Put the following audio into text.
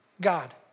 God